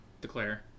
declare